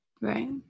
right